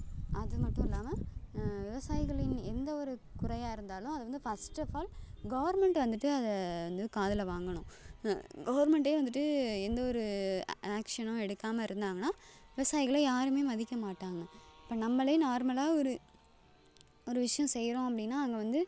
அது மட்டும் இல்லாமல் விவசாயிகளின் எந்த ஒரு குறையாக இருந்தாலும் அதை வந்து ஃபஸ்ட்டு ஆஃப் ஆல் கவர்மெண்ட் வந்துட்டு அதை வந்து காதில் வாங்கணும் கவர்மெண்ட்டே வந்துட்டு எந்த ஒரு அ ஆக்ஷனும் எடுக்காமல் இருந்தாங்கன்னால் விவசாயிகளை யாருமே மதிக்க மாட்டாங்க இப்போ நம்மளே நார்மலாக ஒரு ஒரு விஷயம் செய்கிறோம் அப்படின்னா அங்கே வந்து